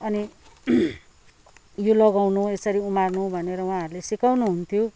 अनि यो लगाउनु यसरी उमार्नु भनेर उहाँहरूले सिकाउनु हुन्थ्यो